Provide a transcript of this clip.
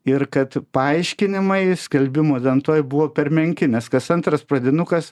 ir kad paaiškinimai skelbimų lentoj buvo per menki nes kas antras pradinukas